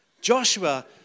Joshua